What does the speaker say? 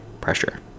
pressure